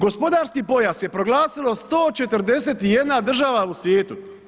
Gospodarski pojas je proglasilo 142 država u svijetu.